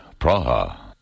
Praha